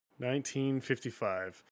1955